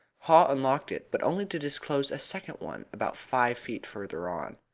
haw unlocked it, but only to disclose a second one about five feet further on.